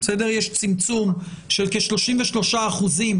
יש צמצום של כ-33 אחוזים